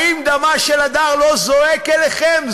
האם דמה של הדר לא זועק אליכם?